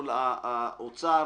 ומול האוצר,